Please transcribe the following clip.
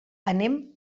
anem